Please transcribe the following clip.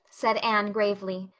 said anne gravely.